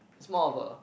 it's more of a